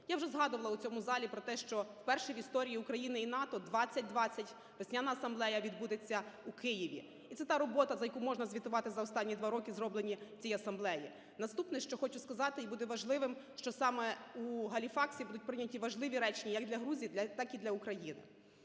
Я вже згадувала у цьому залі про те, що вперше в історії України і НАТО 2020 весняна асамблея відбудеться у Києві. Це та робота, за яку можна звітувати за останні два роки зроблені в цій асамблеї. Наступне хочу сказати і буде важливим, що саме уГаліфаксі будуть прийняті важливі речі як для Грузії, так і для України.